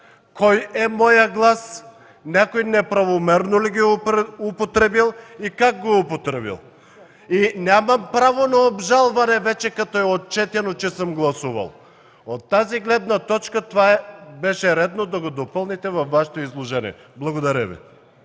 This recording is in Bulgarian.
кой е моят глас, някой неправомерно ли го е употребил и как го е употребил. И нямам право на обжалване, като е отчетено, че съм гласувал. От тази гледна точка беше редно да допълните това във Вашето изложение. Благодаря Ви.